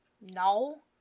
no